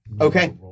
Okay